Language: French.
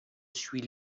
suis